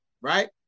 right